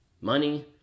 money